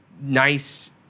nice